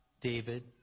David